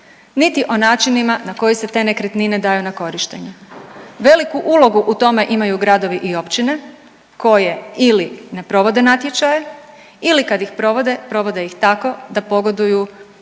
niti o načinima na koje se te nekretnine daju na korištenje. Veliku ulogu u tome imaju gradovi i općine koje ili ne provode natječaje ili kad ih provode, provode ih tako da pogoduju